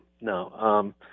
No